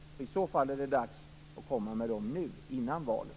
Om sådana finns är det dags att komma med dem nu, före valet.